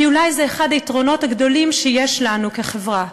כי אולי זה אחד היתרונות הגדולים שיש לנו כחברה,